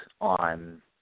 on